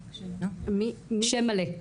שלום,